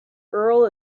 earl